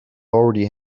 already